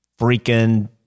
freaking